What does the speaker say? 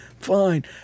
fine